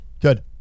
Good